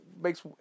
Makes